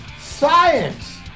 Science